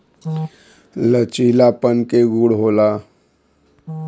लचीलापन के गुण होला